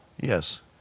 Yes